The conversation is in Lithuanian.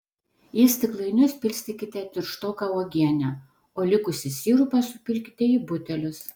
į stiklainius pilstykite tirštoką uogienę o likusį sirupą supilkite į butelius